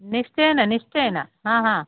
निश्चयेन निश्चयेन हा हा